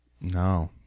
No